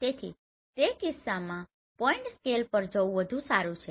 તેથી તે કિસ્સામાં પોઇન્ટ સ્કેલ પર જવું વધુ સારું છે